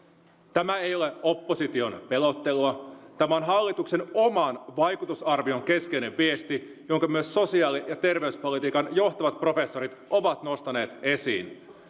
tämä ei ole opposition pelottelua tämä on hallituksen oman vaikutusarvion keskeinen viesti jonka myös sosiaali ja terveyspolitiikan johtavat professorit ovat nostaneet esiin